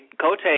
Cote